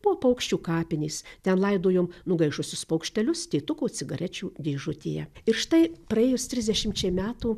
buvo paukščių kapinės ten laidojom nugaišusius paukštelius tėtuko cigarečių dėžutėje ir štai praėjus trisdešimčiai metų